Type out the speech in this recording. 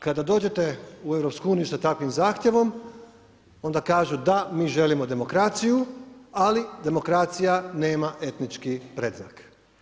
Kada dođete u EU sa takvim zahtjevom, onda kažu da mi želimo demokraciju, ali demokracija nema etnički predznak.